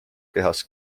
kehas